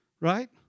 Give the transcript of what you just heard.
right